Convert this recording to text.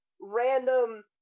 random